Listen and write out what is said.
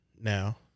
now